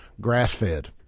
grass-fed